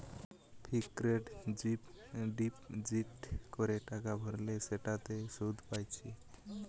fixed deposit করে টাকা ভরলে সেটাতে সুধ পাইতেছে